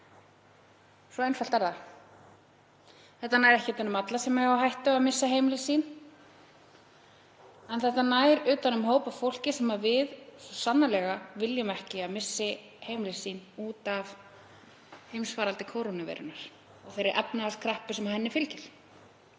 svo einfalt er það. Þetta nær ekki utan um alla sem eiga á hættu að missa heimili sín en þetta nær utan um hóp af fólki sem við svo sannarlega viljum ekki að missi heimili sín út af heimsfaraldri kórónuveirunnar og þeirri efnahagskreppu sem henni fylgir.